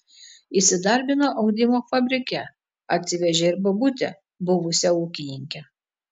įsidarbino audimo fabrike atsivežė ir bobutę buvusią ūkininkę